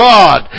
God